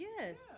Yes